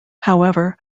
however